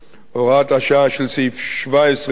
הוראת השעה של סעיף 17 לחוק